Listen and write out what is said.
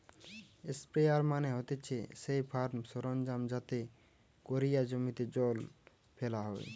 sprayer মানে হতিছে সেই ফার্ম সরঞ্জাম যাতে কোরিয়া জমিতে জল ফেলা হয়